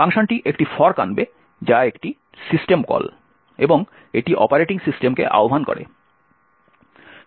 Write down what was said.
ফাংশনটি একটি ফর্ক আনবে যা একটি সিস্টেম কল এবং এটি অপারেটিং সিস্টেমকে আহ্বান করে